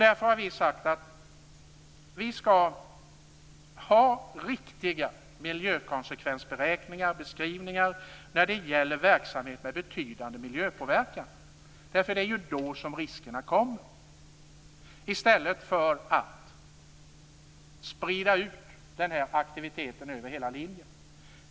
Därför har vi sagt att man skall ha riktiga miljökonsekvensbeskrivningar när det gäller verksamhet med betydande miljöpåverkan - det är ju då som riskerna uppkommer - i stället för att sprida ut aktiviteten över hela linjen.